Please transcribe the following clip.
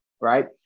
right